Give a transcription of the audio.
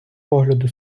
погляду